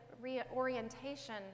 reorientation